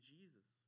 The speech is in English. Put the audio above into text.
Jesus